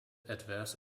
adverse